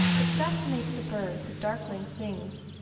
it fascinates the bird that darkling sings,